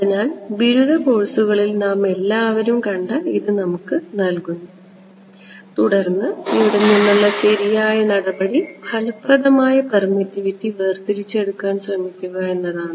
അതിനാൽ ബിരുദ കോഴ്സുകളിൽ നാമെല്ലാവരും കണ്ട ഇത് നമുക്ക് നൽകുന്നു തുടർന്ന് ഇവിടെ നിന്നുള്ള ശരിയായ നടപടി ഫലപ്രദമായ പെർമിറ്റിവിറ്റി വേർതിരിച്ചെടുക്കാൻ ശ്രമിക്കുക എന്നതാണ്